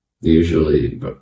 usually